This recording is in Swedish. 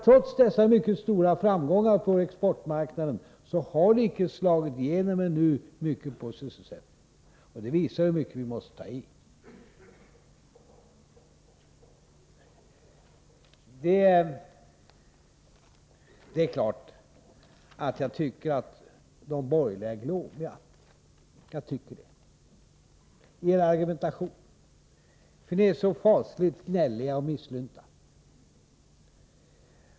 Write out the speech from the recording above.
Trots dessa mycket stora framgångar på exportmarknaden är det klart att resultaten icke har slagit igenom särskilt mycket på sysselsättningsområdet. Det visar hur mycket vi måste ta i. Det är klart att jag tycker att de borgerliga är glåmiga i sin argumentation. Jag tycker det. Ni är så fasligt gnälliga och misslynta.